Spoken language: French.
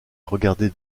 regardait